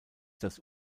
das